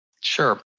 Sure